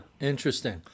Interesting